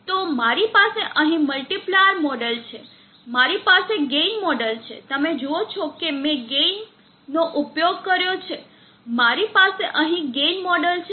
તો મારી પાસે અહીં મલ્ટીપ્લાયર મોડેલ છે મારી પાસે ગેઇન મોડેલ છે તમે જુઓ છો કે મે ગેઇનનો ઉપયોગ કર્યો છે મારી પાસે અહીં ગેઇન મોડેલ છે